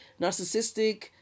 narcissistic